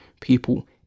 people